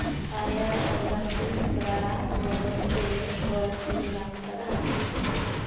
ᱟᱭᱟ ᱚᱨᱜᱟᱥᱤᱞ ᱵᱨᱟ ᱵᱚᱫᱚ ᱛᱮ ᱵᱚᱲᱚᱥᱤᱞ ᱧᱟᱢ ᱠᱟᱫᱟᱢ